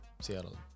Seattle